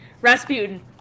Rasputin